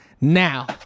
now